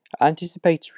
Anticipatory